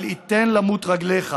אל יִתן למוט רגלך